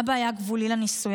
אבא היה גבולי לניסוי,